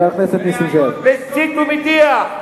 מסית ומדיח.